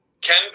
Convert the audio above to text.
Ken